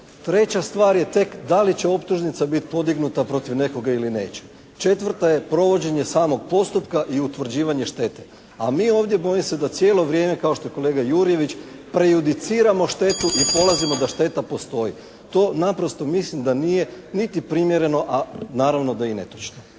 Treća stvar je tek da li će optužnica biti podignuta protiv nekoga ili neće? Četvrta ja provođenje samog postupka i utvrđivanje štete. A mi ovdje bojim se da cijelo vrijeme kao što je kolega Jurjević prejudiciramo štetu i polazimo da šteta postoji. To naprosto mislim da nije niti primjereno a naravno da je i netočno.